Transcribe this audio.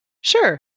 Sure